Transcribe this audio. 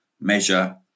measure